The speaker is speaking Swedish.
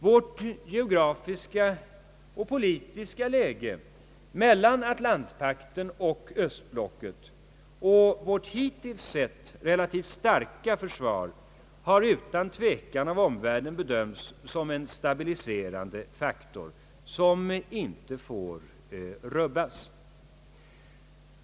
Vårt geografiska och politiska läge mellan atlantpaktstaterna och östblocket och vårt hittills relativt starka försvar har utan tvekan av omvärlden bedömts som en stabiliserande faktor, som inte får rubhas.